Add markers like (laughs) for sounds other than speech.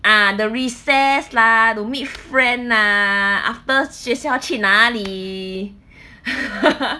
ah the recess lah to meet friend lah after 学校去哪里 (laughs)